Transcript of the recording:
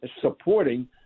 supporting